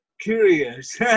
curious